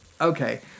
okay